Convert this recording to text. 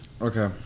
Okay